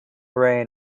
rain